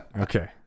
Okay